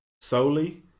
solely